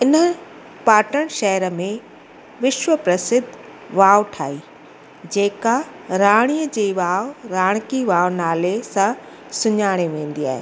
इन पाटण शहर में विश्व प्रसिद्ध वाव ठाही जेका राणीअ जी वाव राणकी वाव नाले सां सुञाणे वेंदी आहे